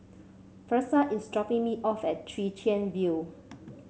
Versa is dropping me off at Chwee Chian View